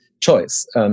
choice